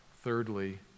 thirdly